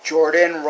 Jordan